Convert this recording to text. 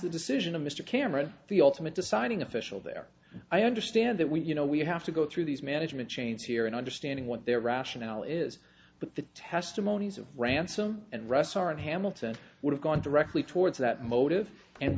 the decision of mr cameron the ultimate deciding official there i understand that we you know we have to go through these management changes here and understanding what their rationale is but the testimonies of ransom and russ are in hamilton would have gone directly towards that motive and